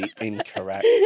incorrect